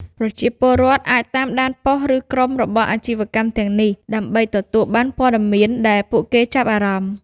ប្រជាពលរដ្ឋអាច តាមដានប៉ុស្តិ៍ ឬក្រុមរបស់អាជីវកម្មទាំងនេះ ដើម្បីទទួលបានព័ត៌មានដែលពួកគេចាប់អារម្មណ៍។